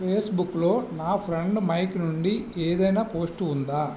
ఫేస్బుక్లో నా friend Mike నుండి ఏదైనా పోస్టు ఉందా